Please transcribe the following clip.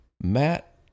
Matt